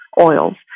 oils